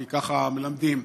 כי ככה מלמדים.